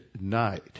night